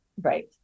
Right